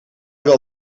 wel